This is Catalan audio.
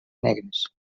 negres